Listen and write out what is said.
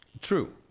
True